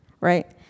right